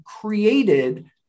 created